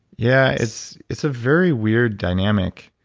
yeah it's it's a very weird dynamic.